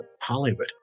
Hollywood